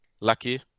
lucky